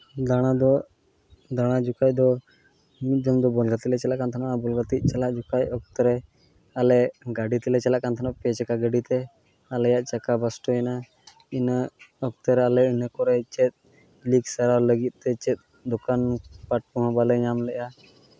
ᱫᱟᱲᱟ ᱫᱚ ᱫᱟᱲᱟ ᱡᱚᱠᱷᱟᱡ ᱫᱚ ᱢᱤᱫ ᱫᱚᱢ ᱫᱚ ᱵᱚᱞ ᱜᱟᱛᱮᱜ ᱞᱮ ᱪᱟᱞᱟᱜ ᱠᱟᱱ ᱛᱟᱦᱮᱱᱟ ᱵᱚᱞ ᱜᱟᱛᱮᱜ ᱪᱟᱞᱟᱜ ᱡᱚᱠᱷᱚᱡ ᱚᱠᱛᱚ ᱨᱮ ᱟᱞᱮ ᱜᱟᱹᱰᱤ ᱛᱮᱞᱮ ᱪᱟᱞᱟᱜ ᱠᱟᱱ ᱛᱟᱦᱮᱱᱚᱜ ᱯᱮ ᱪᱟᱠᱟ ᱜᱟᱹᱰᱤᱛᱮ ᱟᱞᱮᱭᱟᱜ ᱪᱟᱠᱟ ᱵᱟᱥᱴᱚᱭᱮᱱᱟ ᱤᱱᱟᱹ ᱚᱠᱛᱮ ᱨᱮ ᱟᱞᱮ ᱤᱱᱟᱹ ᱠᱚᱨᱮ ᱪᱮᱫ ᱞᱤᱠ ᱥᱟᱨᱟᱣ ᱞᱟᱹᱜᱤᱫ ᱛᱮ ᱪᱮᱫ ᱫᱚᱠᱟᱱ ᱯᱟᱴ ᱠᱚᱦᱚᱸ ᱵᱟᱞᱮ ᱧᱟᱢ ᱞᱮᱜᱼᱟ